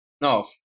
No